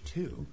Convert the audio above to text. two